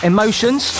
Emotions